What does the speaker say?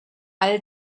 all